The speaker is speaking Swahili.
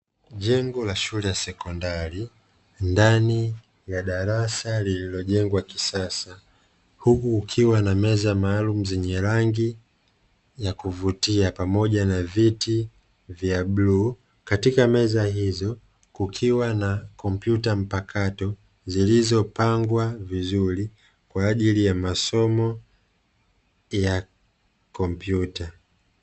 Jengo la shule ya sekondari ndani ya darasa lililojengwa kisasa huku kukiwa na meza maalumu zenye rangi ya kuvutia pamoja na viti vya bluu, katika meza hizo kukiwa na kompyuta mpakato zilizopangwa vizuri kwa ajili ya masomo ya kompyuta.